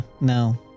no